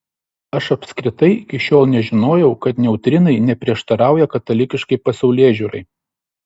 aš apskritai iki šiol nežinojau kad neutrinai neprieštarauja katalikiškai pasaulėžiūrai